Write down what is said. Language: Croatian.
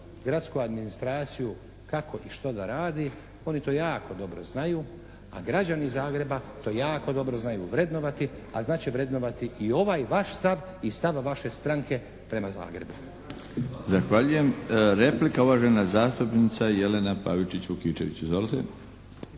gradsku administraciju kako i što radi. Oni to jako dobro znaju. A građani Zagreba to jako dobro znaju vrednovati, a znat će vrednovati i ovaj vaš stav i stav vaše stranke prema Zagrebu. **Milinović, Darko (HDZ)** Zahvaljujem. Replika, uvažena zastupnica Jelena Pavičić Vukičević. Izvolite.